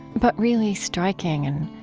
but really striking and